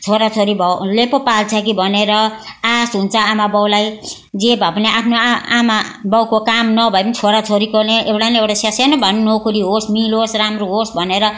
छोरा छोरीले पो पाल्छ कि भनेर आश हुन्छ आमा बाउलाई जे भए पनि आफ्ना आमा बाउको काम नभए पनि छोरा छोरीको नै एउटा एउटा ससानो भए पनि नोकरी होस् मिलोस् राम्रो होस् भनेर